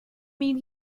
mean